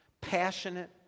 passionate